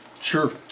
Sure